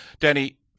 Danny